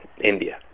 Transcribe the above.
India